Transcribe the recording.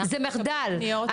זה מחדל.